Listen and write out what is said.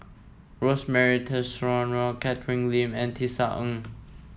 Rosemary Tessensohn Catherine Lim and Tisa Ng